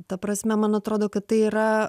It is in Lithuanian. ta prasme man atrodo kad tai yra